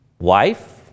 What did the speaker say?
Wife